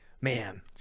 Man